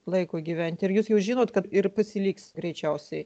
laikui gyventi ir jūs jau žinot kad ir pasiliks greičiausiai